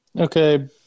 okay